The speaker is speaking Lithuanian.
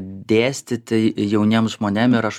dėstyti jauniem žmonėm ir aš